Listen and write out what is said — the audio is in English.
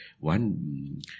one